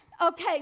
okay